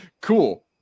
cool